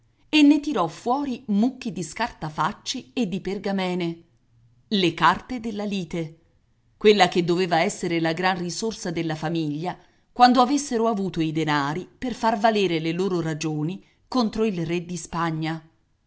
e ne tirò fuori mucchi di scartafacci e di pergamene le carte della lite quella che doveva essere la gran risorsa della famiglia quando avessero avuto i denari per far valere le loro ragioni contro il re di spagna